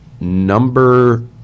number